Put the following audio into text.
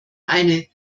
eine